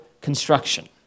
construction